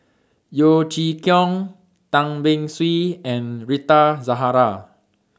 Yeo Chee Kiong Tan Beng Swee and Rita Zahara